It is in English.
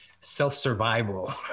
self-survival